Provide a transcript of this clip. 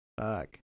Fuck